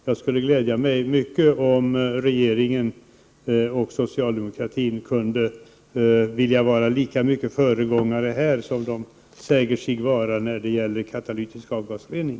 Det skulle glädja mig mycket om regeringen och socialdemokraterna skulle vilja vara lika mycket föregångare på detta område, som man säger sig vara när det gäller katalytisk avgasrening.